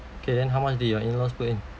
okay then how much did your in-laws put in